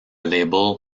label